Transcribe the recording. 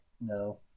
no